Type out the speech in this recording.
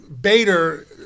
Bader